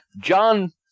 John